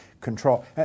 control